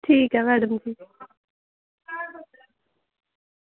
ठीक ऐ मैडम जी